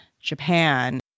Japan